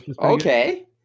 Okay